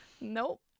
Nope